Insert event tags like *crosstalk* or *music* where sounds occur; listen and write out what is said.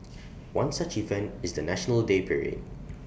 *noise* one such event is the National Day parade